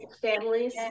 families